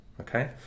Okay